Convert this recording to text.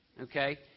okay